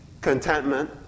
contentment